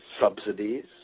Subsidies